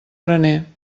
graner